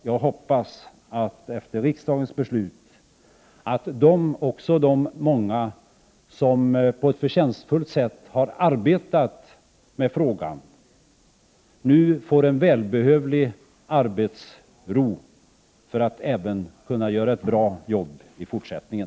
Jag hoppas att efter riksdagens beslut de många som på ett förtjänstfullt sätt har arbetat med frågan nu får en välbehövlig arbetsro för att även kunna göra ett bra arbete i fortsättningen.